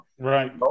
right